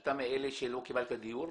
--- אתה מאלה שלא קיבלו דיור?